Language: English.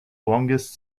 longest